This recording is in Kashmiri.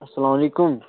السَلام علیکُم